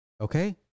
Okay